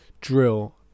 Drill